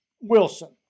Wilson